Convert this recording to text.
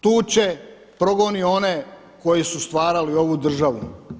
Tuče, progoni one koji su stvarali ovu državu.